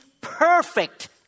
perfect